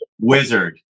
wizard